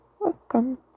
Welcome